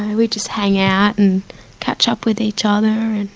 we just hang out and catch up with each other and.